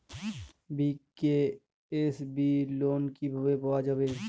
BKSB loan কিভাবে পাওয়া যাবে?